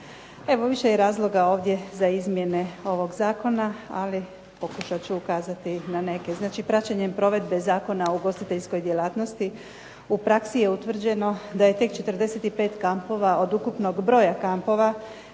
Evo više je razloga ovdje za izmjene ovog zakona, ali pokušat ću ukazati na neke. Znači praćenjem provedbe Zakona o ugostiteljskoj djelatnosti u praksi je utvrđeno da je tek 45 kampova od ukupnog broja kampova